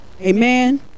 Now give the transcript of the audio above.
Amen